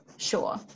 Sure